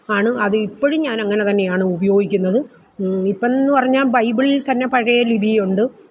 ആണ് അത് ഇപ്പഴും ഞാനങ്ങനെ തന്നെയാണ് ഉപയോഗിക്കുന്നത് ഇപ്പന്ന് പറഞ്ഞാൽ ബൈബിളിൽ തന്നെ പഴയ ലിപിയുണ്ട്